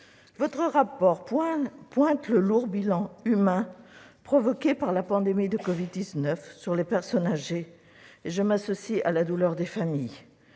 Le rapport pointe le lourd bilan humain provoqué par la pandémie de covid-19 sur les personnes âgées ; je m'associe à la douleur des familles.